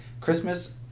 christmas